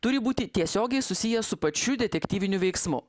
turi būti tiesiogiai susijęs su pačiu detektyviniu veiksmu